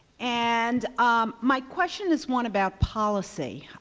and um my question is one about policy.